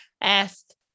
asked